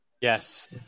yes